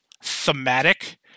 thematic